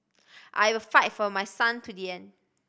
I will fight for my son to the end